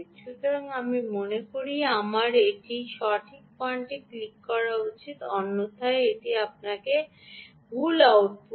সুতরাং আমি মনে করি আমার এটি সঠিক পয়েন্টে ক্লিক করা উচিত অন্যথায় এটি আপনাকে ভুল আউটপুট দেয়